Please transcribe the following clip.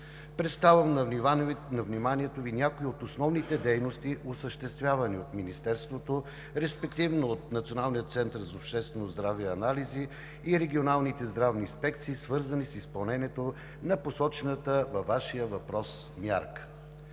Представям на вниманието Ви някои от основните дейности, осъществявани от Министерството, респективно от Националния център по обществено здраве и анализи и регионалните здравни инспекции, свързани с изпълнението на посочената във Вашия въпрос мярка.